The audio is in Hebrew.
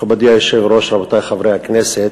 מכובדי היושב-ראש, רבותי חברי הכנסת,